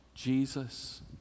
Jesus